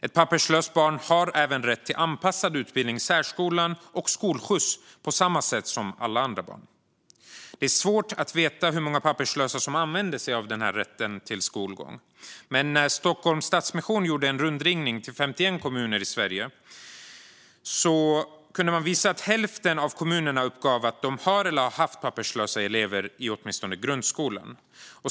Ett papperslöst barn har även rätt till anpassad utbildning i särskolan och skolskjuts på samma sätt som alla andra barn. Det är svårt att veta hur många papperslösa barn som använder sin rätt till skolgång, men när Stockholms Stadsmission gjorde en rundringning till 51 kommuner i Sverige kunde man visa att hälften av kommunerna uppgav att de har, eller har haft, papperslösa elever i åtminstone grundskolan.